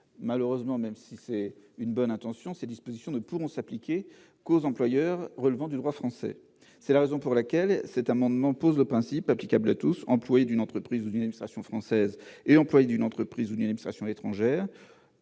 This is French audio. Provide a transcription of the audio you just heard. Malheureusement, ces dispositions, qui vont dans le bon sens, ne s'appliqueront qu'aux employeurs relevant du droit français. C'est la raison pour laquelle cet amendement vise à poser le principe, applicable à tous, employés d'une entreprise ou d'une administration française et employés d'une entreprise ou d'une administration étrangère,